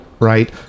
Right